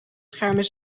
schermen